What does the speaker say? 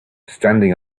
standing